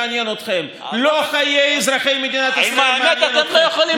לא האינטרס של מדינת ישראל מעניין אתכם,